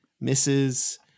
misses